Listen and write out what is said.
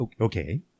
Okay